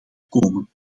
komen